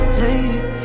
late